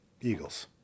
Eagles